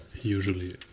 usually